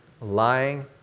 Lying